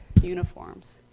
uniforms